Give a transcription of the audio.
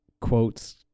quotes